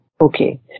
Okay